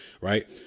Right